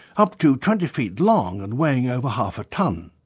up to twenty feet long and weighing over half a tonne.